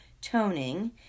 toning